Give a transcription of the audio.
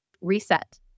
reset